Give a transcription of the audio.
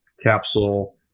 capsule